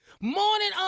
Morning